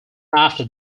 after